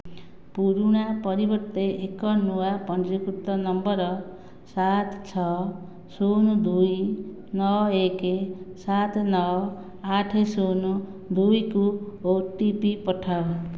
ପୁରୁଣା ପରିବର୍ତ୍ତେ ଏକ ନୂଆ ପଞ୍ଜୀକୃତ ନମ୍ବର ସାତ ଛଅ ଶୂନ ଦୁଇ ନଅ ଏକ ସାତ ନଅ ଆଠ ଶୂନ ଦୁଇ କୁ ଓ ଟି ପି ପଠାଅ